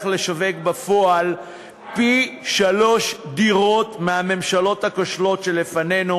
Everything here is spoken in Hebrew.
לשווק בפועל פי-שלושה דירות מהממשלות הכושלות שלפנינו.